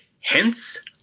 hence